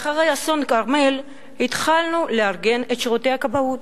ואחרי אסון הכרמל התחלנו לארגן את שירותי הכבאות.